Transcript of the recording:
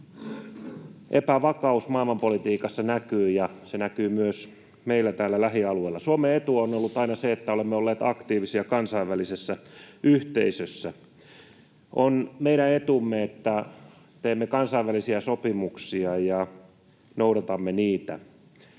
epävakaus maailmanpolitiikassa näkyy, ja se näkyy myös meillä täällä lähialueilla. Suomen etu on ollut aina se, että olemme olleet aktiivisia kansainvälisessä yhteisössä. On meidän etumme, että teemme kansainvälisiä sopimuksia ja noudatamme niitä.